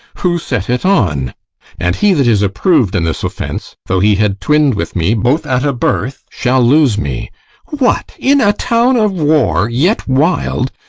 who set it on and he that is approv'd in this offense, though he had twinn'd with me, both at a birth, shall lose me what! in a town of war yet wild,